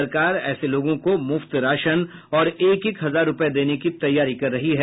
सरकार ऐसे लोगों को मुफ्त राशन और एक एक हजार रूपये देने की तैयारी कर रही है